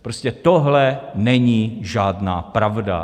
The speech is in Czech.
Prostě tohle není žádná pravda.